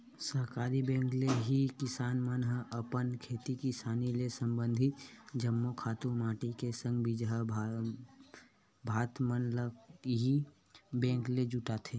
सहकारी बेंक ले ही किसान मन ह अपन खेती किसानी ले संबंधित जम्मो खातू माटी के संग बीजहा भात मन ल इही बेंक ले जुटाथे